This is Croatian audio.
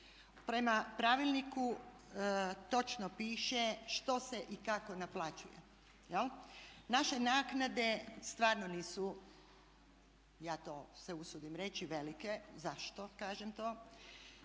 Prema pravilniku točno piše što se i kako naplaćuje. Naše naknade stvarno nisu, ja to se usudim reći velike. Zašto kažem to?